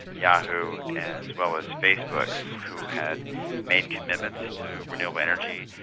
yahoo, as well as facebook who had made commitments to renewable energy,